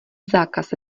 zákaz